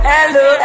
Hello